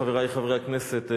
חברי חברי הכנסת,